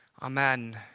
Amen